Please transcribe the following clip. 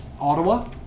ottawa